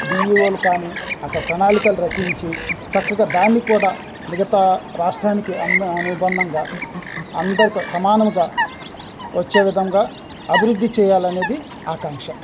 డీఈఓలు కానీ అక్కడ ప్రణాళికలు రచించి చక్కగా దాన్ని కూడా మిగతా రాష్ట్రానికి అనుబంధంగా అందరితో సమానముగా వచ్చే విధంగా అభివృద్ధి చేయాలనేది ఆకాంక్ష